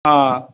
हँ